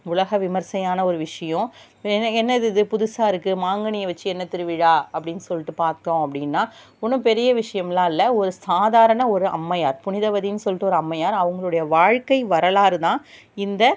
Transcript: உலக விமர்சையான ஒரு விஷியம் என்னது இது புதுசாக இருக்கு மாங்கனியை வச்சு என்ன திருவிழா அப்படின் சொல்லிட்டு பார்த்தோம் அப்படின்னா ஒன்றும் பெரிய விஷயம்லாம் இல்லை ஒரு சாதாரண ஒரு அம்மையார் புனிதவதின்னு சொல்லிட்டு ஒரு அம்மையார் அவங்களுடைய வாழ்க்கை வரலாறு தான் இந்த